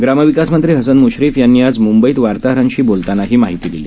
ग्रामविकासमंत्रीहसनम्श्रीफयांनीआजम्ंबईतवार्ताहरांशीबोलतानाहीमाहितीदिली